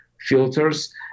filters